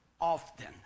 often